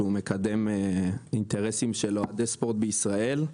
שמקדם אינטרסים של אוהדי ספורט בישראל.